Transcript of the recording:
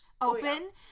open